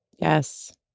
yes